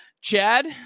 Chad